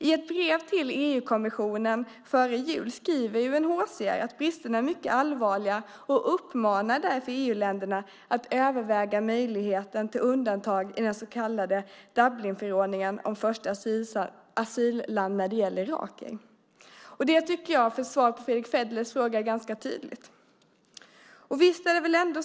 I ett brev till EU-kommissionen före jul skriver UNHCR att bristerna är mycket allvarliga och uppmanar därför EU-länderna att överväga möjligheten till undantag från den så kallade Dublinförordningen om första asylland just när det gäller irakier. Det tycker jag är ett ganska tydligt svar på Fredrick Federleys fråga.